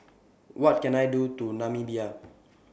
What Can I Do to Namibia